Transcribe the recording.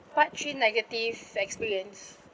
part three negative experience